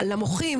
למוחים,